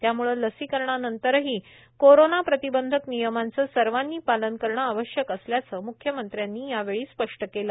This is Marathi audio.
त्यामुळे लसीकरणानंतरही कोरोना प्रतिबंधक नियमांचं सर्वांनी पालन करणं आवश्यक असल्याचं मुख्यमंत्र्यांनी यावेळी स्पष्ट केलं